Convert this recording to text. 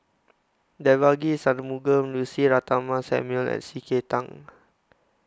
Devagi Sanmugam Lucy Ratnammah Samuel and C K Tang